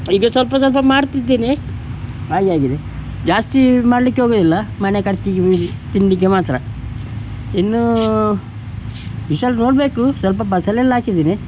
ಈಗ ಸ್ವಲ್ಪ ಸ್ವಲ್ಪ ಮಾಡ್ತಿದ್ದೇನೆ ಹಾಗೆ ಆಗಿದೆ ಜಾಸ್ತಿ ಮಾಡಲಿಕ್ಕೆ ಹೋಗುವುದಿಲ್ಲ ಮನೆ ಖರ್ಚಿಗೆ ಮಿಗಿ ತಿಂಡಿಗೆ ಮಾತ್ರ ಇನ್ನೂ ಇಶಲ್ ನೋಡಬೇಕು ಸ್ವಲ್ಪ ಬಸಲೆಲ್ಲ ಹಾಕಿದ್ದೀನಿ